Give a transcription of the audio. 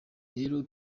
rero